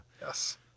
yes